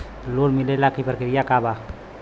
Loan मिलेला के प्रक्रिया का बा?